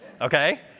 okay